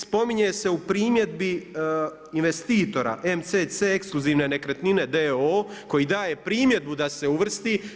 Spominje se u primjedbi investitora, MCC Ekskluzivne nekretnine d.o.o koji daje primjedbu da se uvrsti.